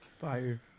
Fire